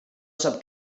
sap